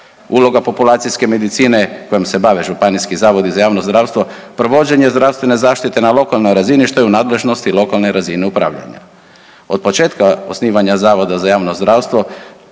Uloga populacijske medicine kojim se bave županijski zavodi za javno zdravstvo, provođenje zdravstvene zaštite na lokalnoj razini, što je u nadležnosti lokalne razine upravljanja. Od početka osnivanja Zavoda za javno zdravstvo,